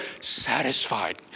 satisfied